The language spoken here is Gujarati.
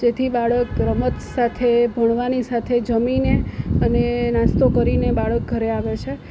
જેથી બાળક રમત સાથે ભણવાની સાથે જમીને અને નાસ્તો કરીને બાળક ઘરે આવે છે